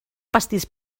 pastís